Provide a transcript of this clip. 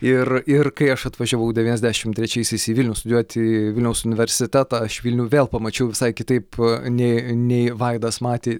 ir ir kai aš atvažiavau devyniasdešim trečiaisiais į vilnių studijuot į vilniaus universitetą aš vilnių vėl pamačiau visai kitaip nei nei vaidas matė